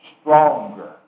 stronger